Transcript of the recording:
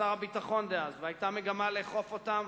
ושר הביטחון דאז, והיתה מגמה לאכוף אותם,